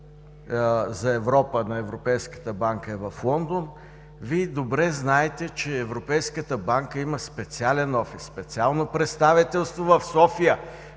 за Европа на Европейската банка е в Лондон, Вие добре знаете, че Европейската банка има специален офис, специално представителство в София,